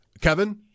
Kevin